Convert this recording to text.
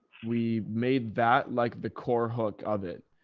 we made that like the core hook of it.